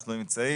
ואתם נמצאים.